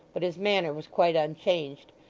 but his manner was quite unchanged,